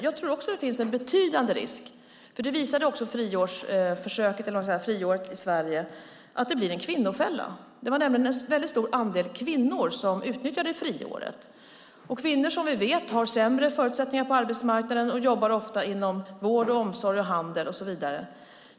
Jag tror även att det finns en betydande risk, vilket också friåret i Sverige bevisade, att det blir en kvinnofälla. Det var nämligen en väldigt stor andel kvinnor som utnyttjade friåret. Kvinnor har som vi vet sämre förutsättningar på arbetsmarknaden och jobbar ofta inom vård, omsorg, handel och så vidare.